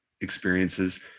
experiences